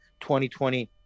2020